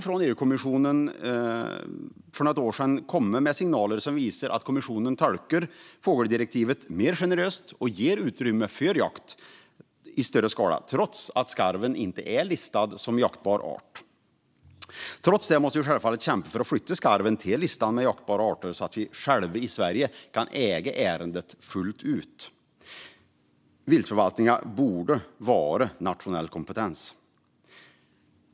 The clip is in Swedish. EU-kommissionen kom för något år sedan med signaler som visar att kommissionen tolkar fågeldirektivet mer generöst och ger utrymme för jakt i större skala trots att skarven inte är listad som jaktbar art. Trots detta måste vi självfallet kämpa för att flytta skarven till listan med jaktbara arter, så att vi själva i Sverige kan äga ärendet fullt ut. Viltförvaltningen borde vara en nationell kompetens.